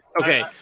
Okay